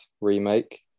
remake